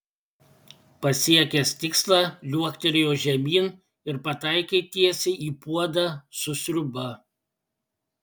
pasiekęs tikslą liuoktelėjo žemyn ir pataikė tiesiai į puodą su sriuba